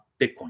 Bitcoin